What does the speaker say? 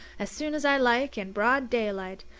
as soon as i like, in broad daylight.